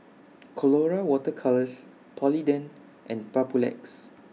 Colora Water Colours Polident and Papulex